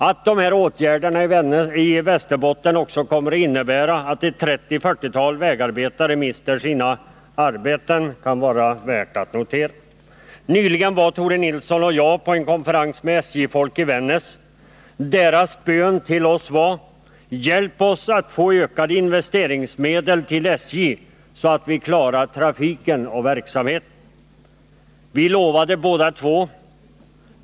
Att de här åtgärderna i Västerbotten också kommer att innebära att ett 30-tal eller 40-tal vägarbetare mister sina arbeten, kan vara värt att notera. Nyligen var Tore Nilsson och jag på en konferens med SJ-folk i Vännäs. Deras bön till oss löd: Hjälp oss att få ökade investeringsmedel till SJ, så att vi klarar trafiken! Det lovade vi båda två.